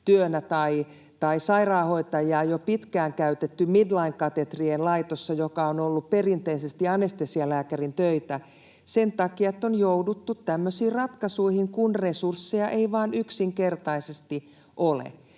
ja sairaanhoitajaa on jo pitkään käytetty midline-katetrien laitossa, joka on ollut perinteisesti anestesialääkärin töitä. Sen takia on jouduttu tämmöisiin ratkaisuihin, kun resursseja ei vain yksinkertaisesti ole.